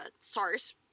SARS